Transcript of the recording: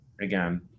again